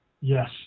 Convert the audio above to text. Yes